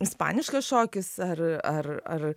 ispaniškas šokis ar ar ar